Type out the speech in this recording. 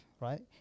right